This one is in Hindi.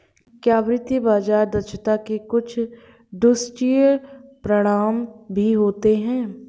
क्या वित्तीय बाजार दक्षता के कुछ दुष्परिणाम भी होते हैं?